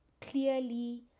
Clearly